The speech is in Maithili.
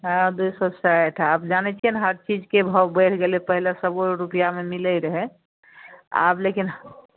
हँ दुइ सए साठि आब जानैत छियै ने हर चीजके भाव बढ़ि गेलै पहिले सएओ रुपैआ मे मिलै रहै आब लेकिन